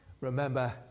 remember